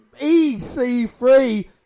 EC3